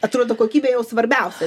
atrodo kokybė jau svarbiausia